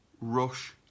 rush